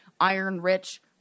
iron-rich